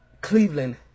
Cleveland